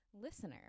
listener